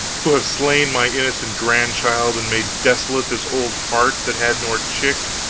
who have slain mine innocent grandchild and made desolate this old heart that had nor chick,